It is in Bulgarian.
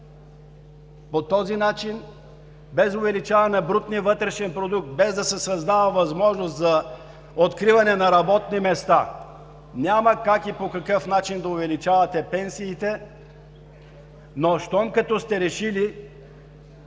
По този начин, без увеличаване на брутния вътрешен продукт, без да се създава възможност за откриване на работни места, няма как и по какъв начин да увеличавате пенсиите, но щом като сте решили…